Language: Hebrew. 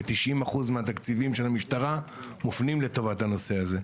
ו-90% מהתקציבים של המשטרה מופנים לטובת הנושא הזה.